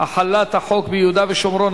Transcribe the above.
החלת החוק ביהודה ושומרון),